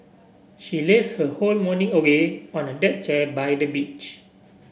she lazed her whole morning away on a deck chair by the beach